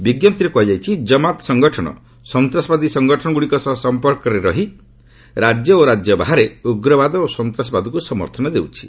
ବିଞ୍ଜପ୍ତିରେ କୁହାଯାଇଛି ଜମାତ୍ ସଂଗଠନ ସନ୍ତାସବାଦୀ ସଂଗଠନଗୁଡିକ ସହ ସମ୍ପର୍କରେ ରହି ରାଜ୍ୟ ଓ ରାଜ୍ୟବାହାରେ ଉଗ୍ରବାଦ ଓ ସନ୍ତାସବାଦକୁ ସମର୍ଥନ ଦେଉଛି